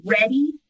ready